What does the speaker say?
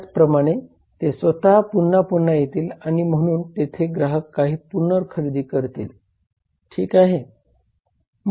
त्याचप्रमाणे ते स्वतः पुन्हा पुन्हा येतील आणि म्हणून तेथे काही ग्राहक पुनर्खरेदी करतील ठीक आहे